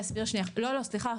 לא, סליחה.